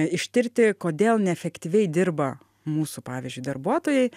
ištirti kodėl neefektyviai dirba mūsų pavyzdžiui darbuotojai